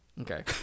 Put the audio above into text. Okay